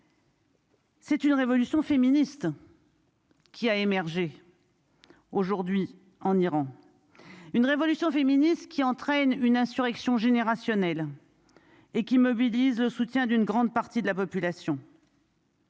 C'est une révolution féministe. Qui a émergé aujourd'hui en Iran une révolution féministe qui entraîne une insurrection générationnel et qui mobilise le soutien d'une grande partie de la population.